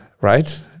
right